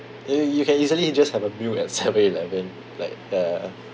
you you can easily just have a meal at seven eleven like ya